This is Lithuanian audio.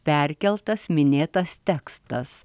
perkeltas minėtas tekstas